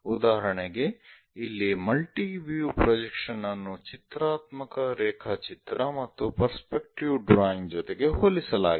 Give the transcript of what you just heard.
ಉದಾಹರಣೆಗೆ ಇಲ್ಲಿ multi view projection ಅನ್ನು ಚಿತ್ರಾತ್ಮಕ ರೇಖಾಚಿತ್ರ ಮತ್ತು ಪರ್ಸ್ಪೆಕ್ಟಿವ್ ಡ್ರಾಯಿಂಗ್ ಜೊತೆಗೆ ಹೋಲಿಸಲಾಗಿದೆ